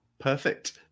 Perfect